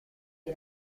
dei